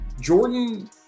Jordan